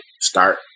start